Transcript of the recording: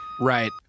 Right